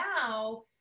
now